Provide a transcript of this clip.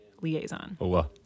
Liaison